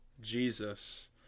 Jesus